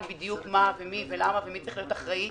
בדיוק מה ומי ולמה ומי צריך להיות אחראי,